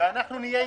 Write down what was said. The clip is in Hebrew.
אדוני היושב-ראש,